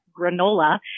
granola